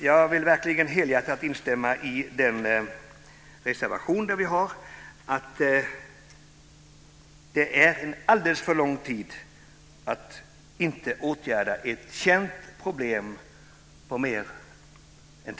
Jag vill helhjärtat instämma i reservationen som säger att mer än tio år är en alldeles för lång tid att inte åtgärda ett känt problem. Herr talman!